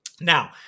Now